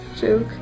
joke